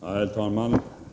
Herr talman!